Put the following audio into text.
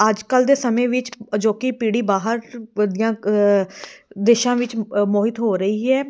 ਅੱਜ ਕੱਲ੍ਹ ਦੇ ਸਮੇਂ ਵਿੱਚ ਅਜੋਕੀ ਪੀੜੀ ਬਾਹਰ ਦੀਆਂ ਵਿਦੇਸ਼ਾਂ ਵਿੱਚ ਮੋਹਿਤ ਹੋ ਰਹੀ ਹੈ